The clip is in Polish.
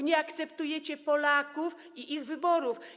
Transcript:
Nie akceptujecie Polaków i ich wyborów.